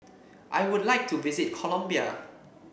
I would like to visit Colombia